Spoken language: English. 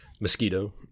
mosquito